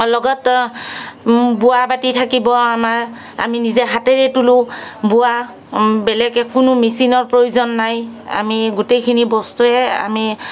লগত বোৱা বাটি থাকিব আমাৰ আমি নিজে হাতেৰে তোলোঁ বোৱা বেলেগকে কোনো মিচিনৰ প্ৰয়োজন নাই আমি গোটেইখিনি বস্তুৱে আমি